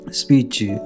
speech